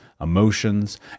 emotions